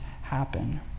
happen